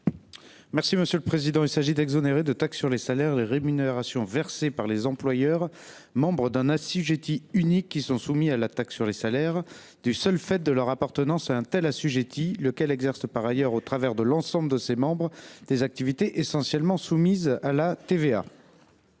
est à M. le ministre. Il s’agit d’exonérer de taxe sur les salaires les rémunérations versées par les employeurs membres d’un assujetti unique qui sont soumis à cette taxe du seul fait de leur appartenance à un tel assujetti, lequel exerce par ailleurs, au travers de l’ensemble de ses membres, des activités essentiellement soumises à la TVA.